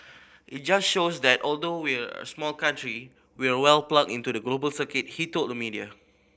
it just shows that although we're a small country we're well plugged into the global circuit he told the media